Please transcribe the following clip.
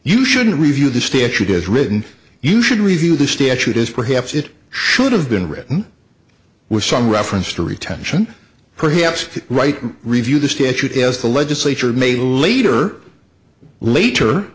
you should review the statute as written you should review the statute as perhaps it should have been written with some reference to retention perhaps right and review the statute as the legislature may later later